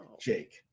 Jake